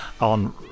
on